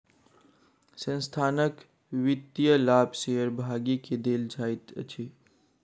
संस्थानक वित्तीय लाभ शेयर भागी के देल जाइत अछि